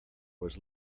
was